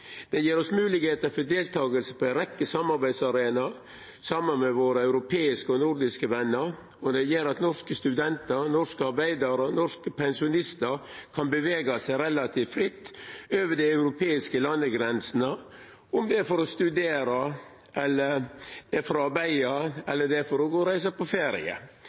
ei rekkje samarbeidsarenaer saman med våre europeiske og nordiske vener, og han gjer at norske studentar, norske arbeidarar og norske pensjonistar kan bevega seg relativt fritt over dei europeiske landegrensene, om det er for å studera, for å arbeida eller for å reisa på ferie.